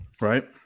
right